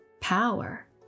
power